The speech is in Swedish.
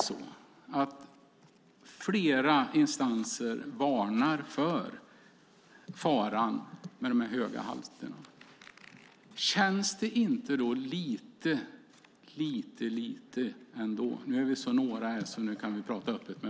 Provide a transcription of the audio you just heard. Om flera instanser varnar för faran med de höga halterna, känns det då inte lite osäkert?